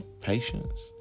patience